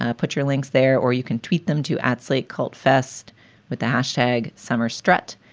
ah put your links there or you can tweet them to at slate. cult fest with the hashtag summer stret.